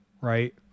right